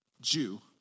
Jew